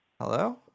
Hello